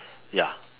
ya